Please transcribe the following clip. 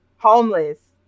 homeless